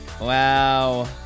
Wow